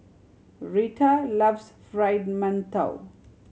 Retta loves Fried Mantou